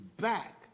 back